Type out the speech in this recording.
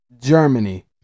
Germany